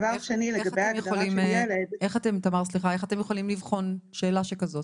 איך אתם יכולים לבחון שאלה שכזאת?